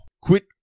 Quit